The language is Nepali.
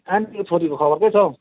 आन्टीको छोरीहरूको खबर के छ हौ